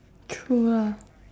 true lah